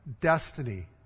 destiny